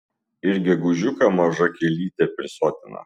ir gegužiuką maža kielytė prisotina